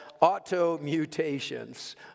auto-mutations